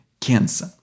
cancer